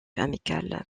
amical